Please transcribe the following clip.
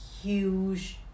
huge